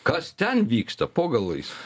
kas ten vyksta po galais